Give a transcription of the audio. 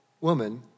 woman